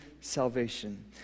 salvation